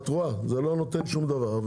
כמו שאת רואה, זה לא נותן שום דבר.